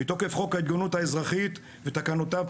מתוקף חוק ההתגוננות האזרחית ותקנותיו,